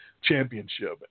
championship